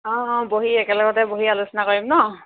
অঁ অঁ বহি একেলগতে বহি আলোচনা কৰিম ন